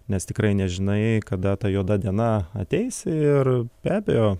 nes tikrai nežinai kada ta juoda diena ateis ir be abejo